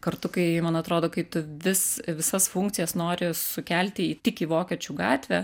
kartu kai man atrodo kai tu vis visas funkcijas nori sukelti į tik į vokiečių gatvę